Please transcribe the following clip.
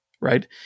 Right